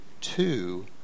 two